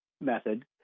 method